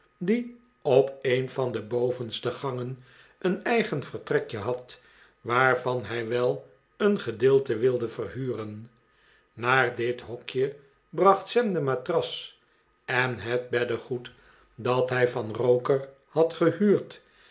die op een van de bovenste gangen een eigen vertrekje had waarvan hij wel een gedeelte wilde verhuren naar dit hokje bracht sam de matras en het beddegoed dat hij van roker had gehuurd